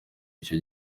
icyo